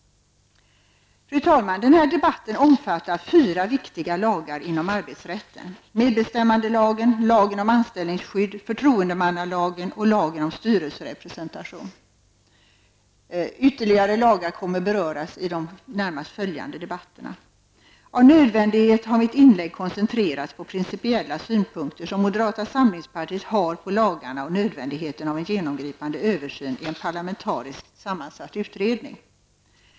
Fru talman! Den här debatten omfattar fyra viktiga lagar inom arbetsrätten: Medbestämmandelagen, lagen om anställningsskydd, förtroendemannalagen och lagen om styrelserepresentation. Ytterligare lagar kommer att beröras i de närmast följande debatterna. Av nödvändighet har mitt inlägg koncentrerats på principiella synpunkter som moderata samlingspartiet har på lagarna och nödvändigheten av en genomgripande översyn i en parlamentariskt sammansatt utredning.